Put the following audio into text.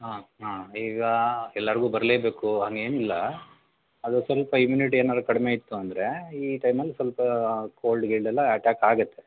ಹಾಂ ಹಾಂ ಈಗ ಎಲ್ರಿಗೂ ಬರಲೇಬೇಕು ಹಂಗೇನಿಲ್ಲ ಅದು ಸ್ವಲ್ಪ ಇಮ್ಯೂನಿಟಿ ಏನಾರು ಕಡಿಮೆ ಇತ್ತು ಅಂದರೆ ಈ ಟೈಮಲ್ಲಿ ಸ್ವಲ್ಪ ಕೋಲ್ಡ್ ಗೀಲ್ಡ್ ಎಲ್ಲ ಅಟ್ಯಾಕ್ ಆಗುತ್ತೆ